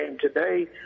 today